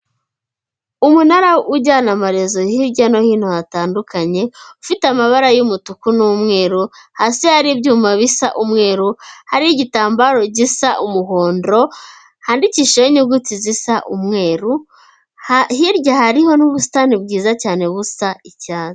Umunara ujyana amarezo hirya no hino hatandukanye, ufite amabara y'umutuku n'umweru, hasi hari ibyuma bisa umweru, hariho igitambaro gisa umuhondo, handikishijeho inyuguti zisa umweru, hirya hariho n'ubusitani bwiza cyane busa icyatsi.